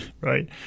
right